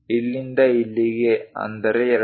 ಇಲ್ಲಿಂದ ಇಲ್ಲಿಗೆ ಅಂದರೆ 2